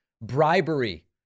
bribery